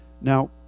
Now